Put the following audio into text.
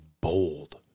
bold